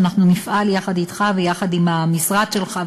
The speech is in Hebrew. שאנחנו נפעל יחד אתך ויחד עם המשרד שלך,